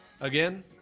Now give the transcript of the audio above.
Again